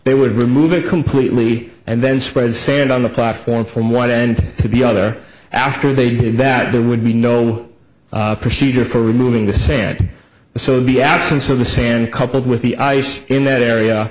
they would remove it completely and then spread sand on the platform from one end to the other after they did that there would be no procedure for removing the sand so the absence of the sand coupled with the ice in that area